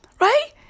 Right